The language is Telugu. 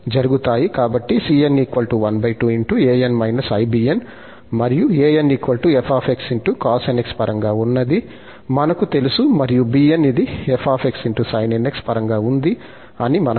కాబట్టి cn ½ మరియు an f cosnx పరంగా ఉన్నది మనకు తెలుసు మరియు bn ఇది f sin nx పరంగా ఉంది అని మనకు తెలుసు